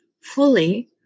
fully